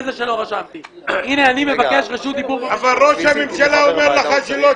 אבל ראש הממשלה אומר לך שלא.